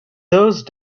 those